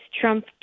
trump